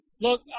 Look